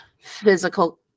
physical